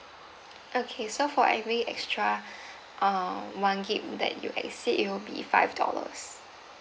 okay so for every extra err one gig that you exceed it will be five dollars